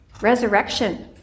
resurrection